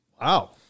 wow